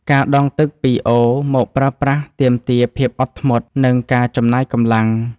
ការដងទឹកពីអូរមកប្រើប្រាស់ទាមទារភាពអត់ធ្មត់ និងការចំណាយកម្លាំង។